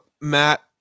Matt